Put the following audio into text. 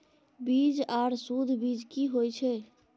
बीज आर सुध बीज की होय छै?